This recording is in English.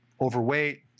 overweight